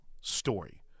story